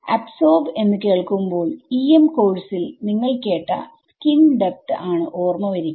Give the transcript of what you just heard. absorb എന്ന് കേൾക്കുമ്പോൾ EMകോഴ്സിൽ നിങ്ങൾ കേട്ട സ്കിൻ ഡെപ്ത്ആണ് ഓർമ വരിക